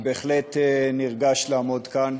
אז אני בהחלט נרגש לעמוד כאן.